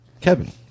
Kevin